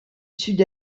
sud